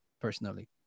personally